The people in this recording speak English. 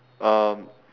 um